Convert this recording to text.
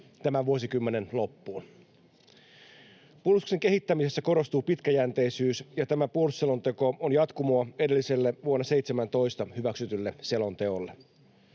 tämän vuosikymmenen loppuun. Puolustuksen kehittämisessä korostuu pitkäjänteisyys, ja tämä puolustusselonteko on jatkumoa edelliselle, vuonna 17 hyväksytylle selonteolle.